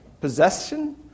possession